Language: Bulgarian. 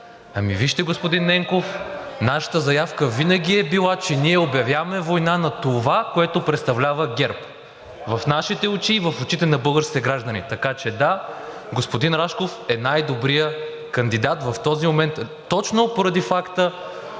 Ами вижте, господин Ненков, нашата заявка винаги е била, че ние обявяваме война на това, което представлява ГЕРБ в нашите очи и в очите на българските граждани. Така че, да, господин Рашков е най-добрият кандидат в този момент точно поради Вашата